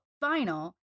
final